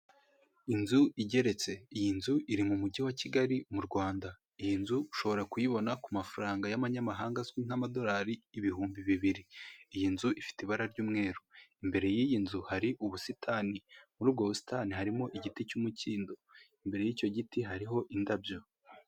Inzu igeretse, iyi nzu iri mu mujyi wa Kigali m'u Rwanda, iyi nzu ushobora kuyibona ku mafaranga y'amanyamahanga azwi nk'amadolari ibihumbi bibiri. Iyi nzu ifite ibara ry'umweru imbere y'iyi nzu hari ubusitani muri ubwo busitani harimo igiti cy'umukindo, imbere y'icyo giti hariho indabyo.